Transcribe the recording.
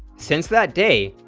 since that day,